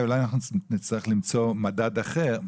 אם זה מספק אותך נעשה מדד אחר.